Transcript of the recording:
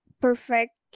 perfect